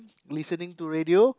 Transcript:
listening to radio